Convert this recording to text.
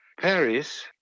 Paris